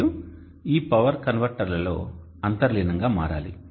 మరియు ఈ పవర్ కన్వర్టర్లలో అంతర్లీనంగా మారాలి